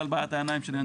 בעיית העיניים שלי,